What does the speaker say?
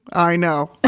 i know